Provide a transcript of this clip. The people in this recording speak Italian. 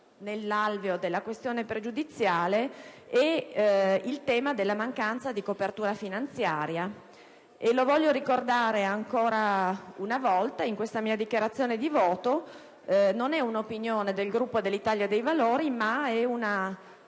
nell'alveo della questione pregiudiziale, si basa anche sul tema della mancanza di copertura finanziaria. Vorrei ricordare ancora una volta in questa mia dichiarazione di voto che non è stata un'opinione del Gruppo dell'Italia dei Valori, ma il